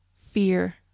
fear